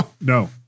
No